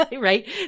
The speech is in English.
right